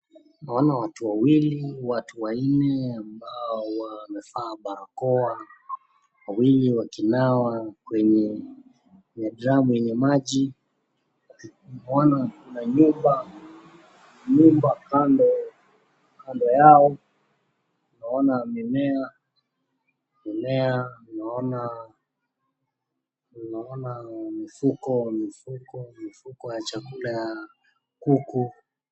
Naona watu wawili ama wanne ambao wamevaa barakoa. Wawili wakinawa kwenye maji. Kuna nyumba Kando yao . Naona mimea na mifuko ya chakula ya kuku .